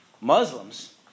Muslims